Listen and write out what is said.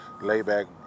layback